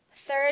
Third